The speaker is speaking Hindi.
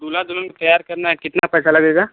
दूल्हा दुल्हन काे तैयार करना है कितना पैसा लगेगा